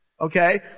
Okay